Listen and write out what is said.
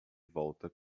volta